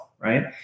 Right